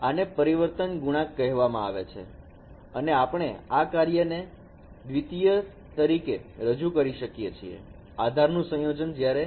આને પરિવર્તનના ગુણાક કહેવામાં આવે છે અને આપણે આ કાર્યને દ્વિતીય તરીકે રજૂ કરી શકીએ છીએ આધાર નું સંયોજન જ્યારે સંયોજનના ગુણક છે